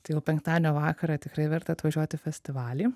tai jau penktadienio vakarą tikrai verta atvažiuot į festivalį